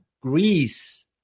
Greece